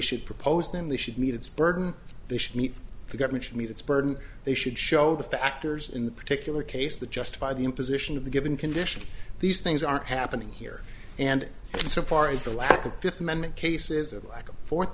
should propose them they should meet its burden they should meet the government should meet its burden they should show the factors in the particular case the justify the imposition of the given conditions these things are happening here and in so far as the lack of fifth amendment cases of lack of fourth